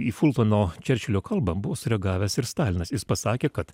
į fultano čerčilio kalba buvo sureagavęs ir stalinas jis pasakė kad